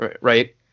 right